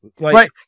right